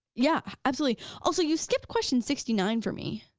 yeah, absolutely, also you skipped question sixty nine for me.